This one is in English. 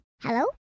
Hello